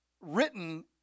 written